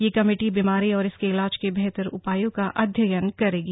यह कमेटी बीमारी और इसके इलाज के बेहतर उपायों का अध्ययन करेगी